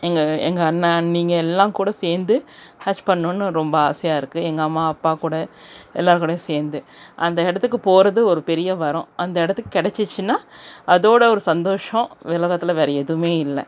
எங்கள் எங்கள் அண்ணன் அண்ணிங்க எல்லாம் கூட சேர்ந்து ஹஜ் பண்ணணுன்னு ரொம்ப ஆசையாக இருக்குது எங்கள் அம்மா அப்பா கூட எல்லோர் கூடையும் சேர்ந்து அந்த இடத்துக்கு போவது ஒரு பெரிய வரம் அந்த இடத்துக்கு கெடச்சுச்சின்னா அதோடு ஒரு சந்தோஷம் உலகத்துல வேறு எதுவுமே இல்லை